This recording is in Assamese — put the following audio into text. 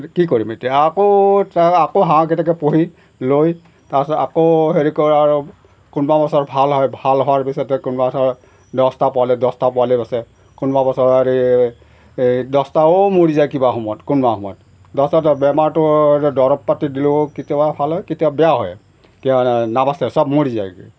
কি কৰিম এতিয়া আকৌ তেনেকৈ আকৌ হাঁহকেইটাকে পুহি লৈ তাৰপিছত আকৌ হেৰি কৰোঁ আৰু কোনোবা বছৰ ভাল হয় ভাল হোৱাৰ পিছতে কোনোবা বছৰ দহটা পোৱালি দহটা পোৱালি পাছে কোনোবা বছৰ এই দহটাও মৰি যায় কিবা সময়ত কোনোবা সময়ত দহটা বেমাৰটো দৰৱ পাতি দিলেও কেতিয়াবা ভাল হয় কেতিয়াবা বেয়া হয় কিবা নাবাচে চব মৰি যায় কি